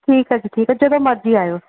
ਠੀਕ ਹੈ ਜੀ ਠੀਕ ਹੈ ਜਦੋਂ ਮਰਜ਼ੀ ਆਇਓ